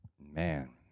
man